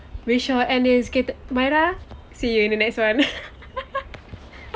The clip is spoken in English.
we shall end this okay mahirah see you in the next one